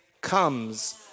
comes